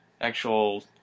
actual